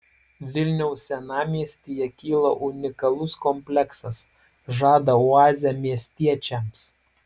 vilniaus senamiestyje kyla unikalus kompleksas žada oazę miestiečiams